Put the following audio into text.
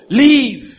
leave